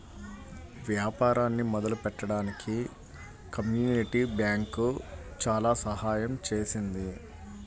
వ్యాపారాన్ని మొదలుపెట్టడానికి community bank చాలా సహాయం చేసింది